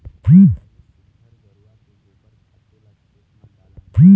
पहिली सुग्घर घुरूवा के गोबर खातू ल खेत म डालन